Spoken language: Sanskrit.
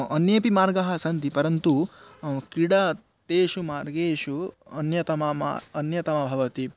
अन्येऽपि मार्गाः सन्ति परन्तु क्रिडा तेषु मार्गेषु अन्यतमा मा अन्यतमा भवति